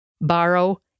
borrow